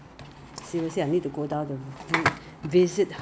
they have the thin one those like facial one they have ah